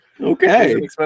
Okay